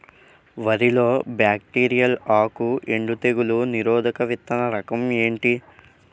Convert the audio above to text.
వరి లో బ్యాక్టీరియల్ ఆకు ఎండు తెగులు నిరోధక విత్తన రకం ఏంటి?